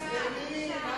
זקנים.